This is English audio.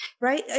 right